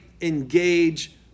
engage